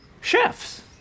chefs